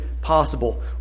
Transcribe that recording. possible